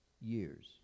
years